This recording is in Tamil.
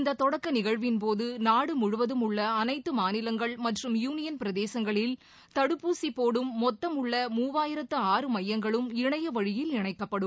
இந்த தொடக்க நிகழ்வின்போது நாடு முழுவதும் உள்ள அனைத்து மாநிலங்கள் மற்றும் யூனியன் பிரதேசங்களில் தடுப்பூசி போடும் மொத்தம் உள்ள மூவாயிரத்து ஆறு மையங்களும் இணையவழியில் இணக்கப்படும்